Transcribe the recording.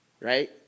right